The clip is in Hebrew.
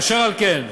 אשר על כן,